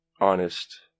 honest